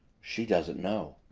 she doesn't know.